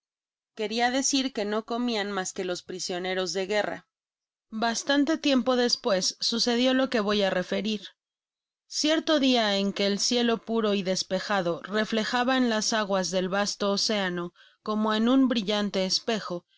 queria decir que no comian mas que los prisioneros de guerra bastante tiempo despues sucedió lo que voy á referir cierto dia en que el cielo puro y despejado reflejaba en las aguas del vasto océano como en un brillante espejo